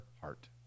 heart